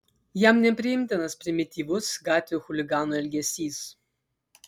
jam nepriimtinas primityvus gatvių chuliganų elgesys